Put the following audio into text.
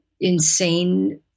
insane